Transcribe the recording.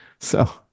so-